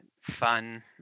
fun